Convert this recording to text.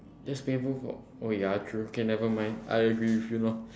just painful for oh ya true K never mind I agree with you now